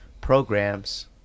programs